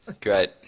Great